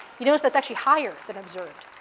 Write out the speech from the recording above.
you notice that's actually higher than observed,